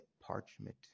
parchment